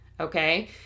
Okay